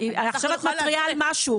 עכשיו את מתריעה על משהו.